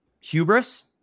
Hubris